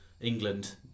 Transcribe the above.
England